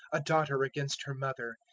a daughter against her mother,